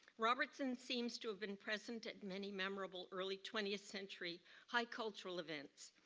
robertson seems to have been present at many memorable early twentieth century high cultural events.